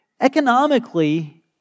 economically